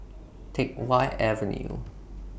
Teck Whye Avenue